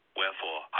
Wherefore